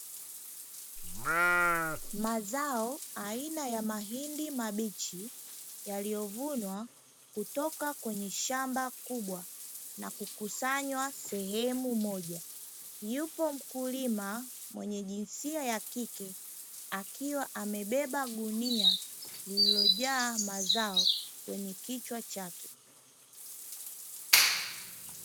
Mazao aina ya mahindi mabichi, yaliyovunwa kutoka kwenye shamba kubwa na kukusanywa sehemu moja, yupo mkulima mwenye jinsia ya kike, akiwa amebeba gunia lililojaa mazao kwenye kichwa chake.